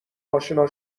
آشنا